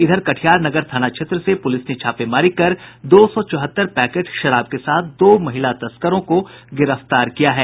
इधर कटिहार नगर थाना क्षेत्र से पुलिस ने छापेमारी कर दो सौ चौहत्तर पैकेट शराब के साथ दो महिला तस्करों को गिरफ्तार किया है